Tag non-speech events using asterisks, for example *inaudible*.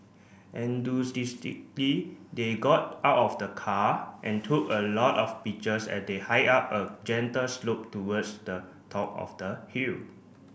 *unintelligible* they got out of the car and took a lot of pictures as they hiked up a gentle slope towards the top of the hill